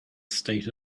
state